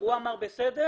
הוא אמר בסדר,